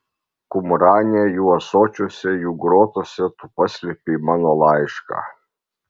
kumrane jų ąsočiuose jų grotose tu paslėpei mano laišką